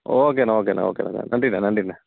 ஓகேண்ணா ஓகேண்ணா ஓகேண்ணா நன்றிண்ணா நன்றிண்ணா